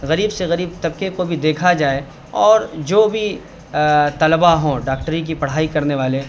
غریب سے غریب طبقے کو بھی دیکھا جائے اور جو بھی طلبا ہوں ڈاکٹری کی پڑھائی کرنے والے